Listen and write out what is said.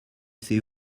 c’est